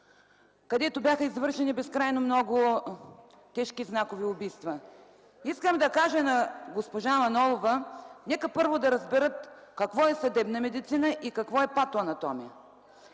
където бяха извършени безкрайно много тежки, знакови убийства. Искам да кажа на госпожа Манолова: нека първо да разберат какво е съдебна медицина и какво е патоанатомия.